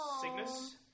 Cygnus